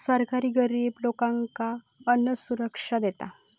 सरकार गरिब लोकांका अन्नसुरक्षा देता